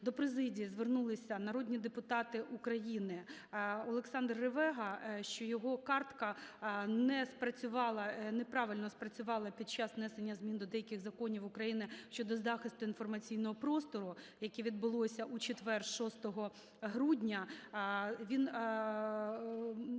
До президії звернулися народні депутати України, Олександр Ревега, що його картка не спрацювала, неправильно спрацювала під час внесення змін до деяких законів України щодо захисту інформаційного простору, яке відбулося у четвер, 6 грудня. Він просить